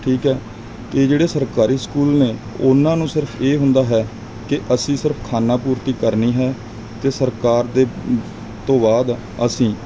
ਠੀਕ ਹੈ ਅਤੇ ਜਿਹੜੇ ਸਰਕਾਰੀ ਸਕੂਲ ਨੇ ਉਹਨਾਂ ਨੂੰ ਸਿਰਫ ਇਹ ਹੁੰਦਾ ਹੈ ਕਿ ਅਸੀਂ ਸਿਰਫ ਖਾਨਾ ਪੂਰਤੀ ਕਰਨੀ ਹੈ ਅਤੇ ਸਰਕਾਰ ਦੇ ਤੋਂ ਬਾਅਦ ਅਸੀਂ